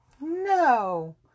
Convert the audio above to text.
no